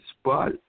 spot